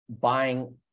buying